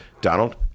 Donald